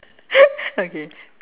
okay